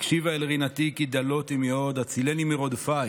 הקשיבה אל רִנתי כי דלותי מאֹד הצילני מרֹדפַי